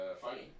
funny